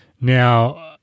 Now